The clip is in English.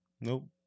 Nope